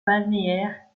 balnéaire